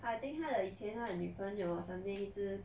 I think 他的以前他女朋友 someday 一直